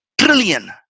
trillion